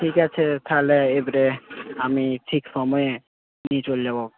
ঠিক আছে তাহলে এবারে আমি ঠিক সময়ে নিয়ে চলে যাব